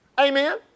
amen